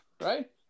Right